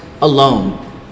alone